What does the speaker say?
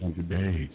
today